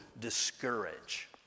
discourage